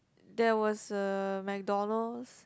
there was a MacDonald's